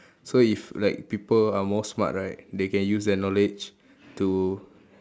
so if like people are more smart right they can use their knowledge to